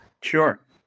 Sure